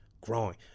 growing